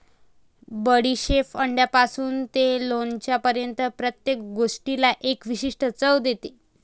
बडीशेप अंड्यापासून ते लोणच्यापर्यंत प्रत्येक गोष्टीला एक विशिष्ट चव देते